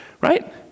right